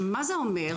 מה זה אומר?